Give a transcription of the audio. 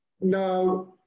Now